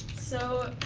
so